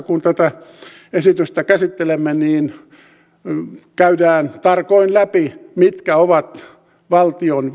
kun valtiovarainvaliokunnassa tätä esitystä käsittelemme niin käydään tarkoin läpi mitkä ovat valtion